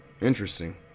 Interesting